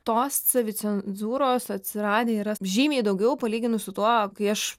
tos savicenzūros atsiradę yra žymiai daugiau palyginus su tuo kai aš